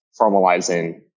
formalizing